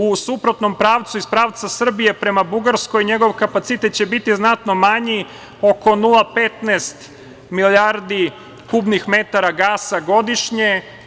U suprotnom pravcu iz pravca Srbije prema Bugarskoj njegov kapacitet će biti znatno manji, oko 0,15 milijardi kubnih metara gasa godišnje.